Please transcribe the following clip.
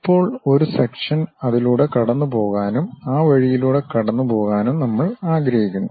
ഇപ്പോൾ ഒരു സെക്ഷൻ അതിലൂടെ കടന്നുപോകാനും ആ വഴിയിലൂടെ കടന്നുപോകാനും നമ്മൾ ആഗ്രഹിക്കുന്നു